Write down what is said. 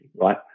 right